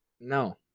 No